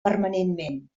permanentment